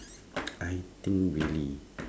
I think really